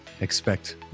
expect